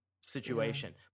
situation